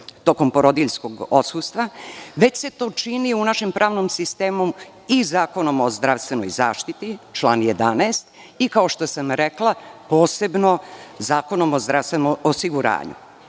tokom porodiljskog odsustva, već se to čini u našem pravnom sistemu i Zakonom o zdravstvenoj zaštiti član 11. i kao što sam rekla, posebno Zakonom o zdravstvenom osiguranju. Naime,